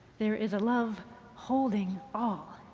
there is a love holding all.